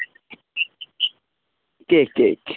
cake cake